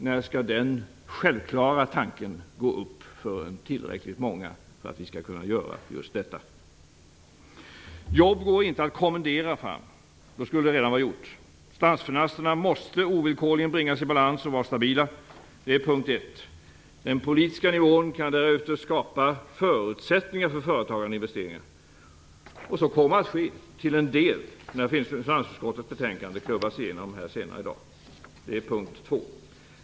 När skall den självklara tanken gå upp för tillräckligt många för att vi skall kunna göra just detta? Jobb går inte att kommendera fram. Då skulle det redan vara gjort. Statsfinanserna måste ovillkorligen bringas i balans och vara stabila. Det är punkt ett. Den politiska nivån kan därutöver skapa förutsättningar för företagande och investeringar. Så kommer att ske till en del när finansutskottets betänkande klubbas igenom här senare i dag. Det är punkt två.